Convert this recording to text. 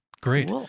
Great